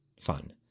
fun